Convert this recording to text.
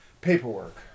paperwork